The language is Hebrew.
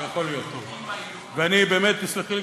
תסלחי לי,